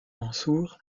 mansour